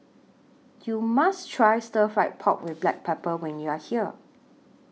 YOU must Try Stir Fried Pork with Black Pepper when YOU Are here